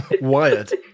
Wired